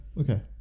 okay